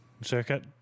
circuit